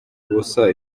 ubusa